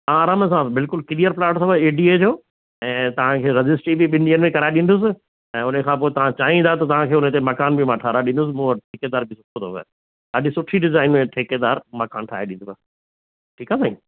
आराम सां बिल्कुल क्लीयर प्लॉट अथव एडीअ जो ऐं तव्हांखे रजिस्ट्ररी बि ॿिनि ॾींहनि में कराए ॾींदुसि ऐं उनखां पोइ तव्हां चाहिंदा त उनते मकानु बि मां ठहराइ ॾींदुमि मूं वटि ठेकेदार बि अथव ॾाढी सुठी डिजाइन में ठेकेदार मकानु ठाहे ॾींदव ठीकु आहे साईं